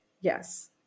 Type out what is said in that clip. yes